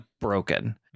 broken